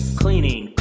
cleaning